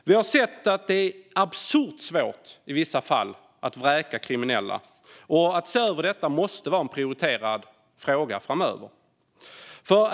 Vi har sett att det i vissa fall är absurt svårt att vräka kriminella. Att se över detta måste vara en prioriterad fråga framöver.